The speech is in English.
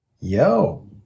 Yo